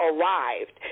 arrived